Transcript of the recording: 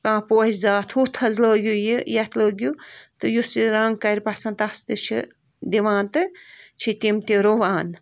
پوشہٕ زاتھ ہُتھ حظ لٲگِو یہِ یَتھ لٲگِو یہِ تہٕ یُس رنگ کَرِ پسند تس تہِ چھِ دِوان تہٕ چھِ تِم تہِ رُوان